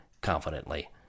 confidently